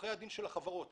עורכי הדין של החברות